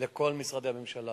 לכל משרדי הממשלה.